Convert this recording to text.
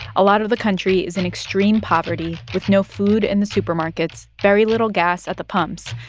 a lot of the country is in extreme poverty with no food in the supermarkets, very little gas at the pumps,